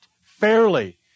fairly